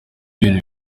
ibintu